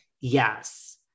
Yes